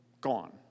gone